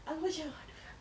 aku macam !aduh! ah